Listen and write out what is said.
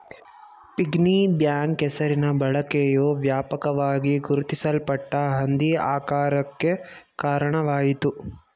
piggy bank ಹೆಸರಿನ ಬಳಕೆಯು ವ್ಯಾಪಕವಾಗಿ ಗುರುತಿಸಲ್ಪಟ್ಟ ಹಂದಿ ಆಕಾರಕ್ಕೆ ಕಾರಣವಾಯಿತು